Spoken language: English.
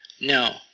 no